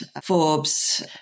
Forbes